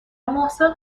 محسن